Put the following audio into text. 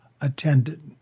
attended